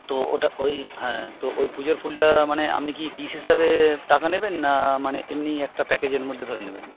তো ওটা ওই হ্যাঁ তো ওই পুজোর ফুলটা মানে আপনি কি পিস হিসাবে টাকা নেবেন না মানে এমনি একটা প্যাকেজের মধ্যে ধরে নেবেন